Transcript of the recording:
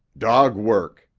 dog work,